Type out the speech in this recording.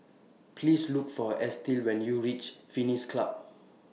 Please Look For Estill when YOU REACH Pines Club